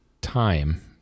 time